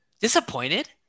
Disappointed